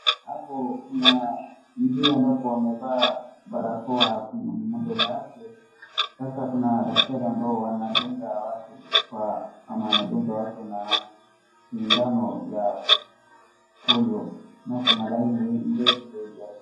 Hapo kuna mzee ambapo amevaa barakoa kwenye mdomo yake. Sasa kuna daktari ambao wanadunga watu kwa ama wanadunga watu na sindano ya polio, na kuna laini mrefu zaidi watu.